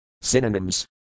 Synonyms